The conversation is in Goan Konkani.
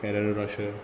फेरळ रोशर